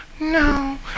No